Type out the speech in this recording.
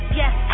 yes